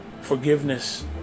Forgiveness